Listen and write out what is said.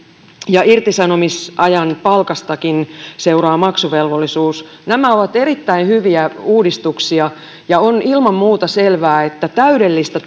ja irtisanomisajan palkastakin seuraa maksuvelvollisuus nämä ovat erittäin hyviä uudistuksia ja on ilman muuta selvää että täydellistä